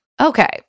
Okay